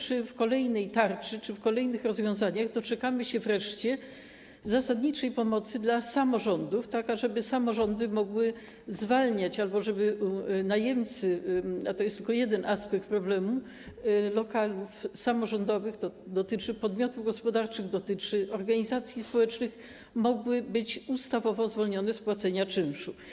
Czy w kolejnej tarczy, czy w kolejnych rozwiązaniach doczekamy się wreszcie zasadniczej pomocy dla samorządów, tak ażeby samorządy mogły zwalniać albo żeby najemcy - a to jest tylko jeden aspekt problemu lokali samorządowych, to dotyczy podmiotów gospodarczych, dotyczy organizacji społecznych - mogli być ustawowo zwalniani z płacenia czynszu?